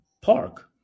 park